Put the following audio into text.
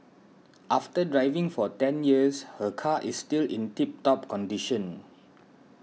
after driving for ten years her car is still in tip top condition